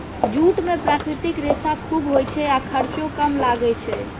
jute मे प्राकृतिक रेशा खूब होइ छै आ खर्चो कम लागै छै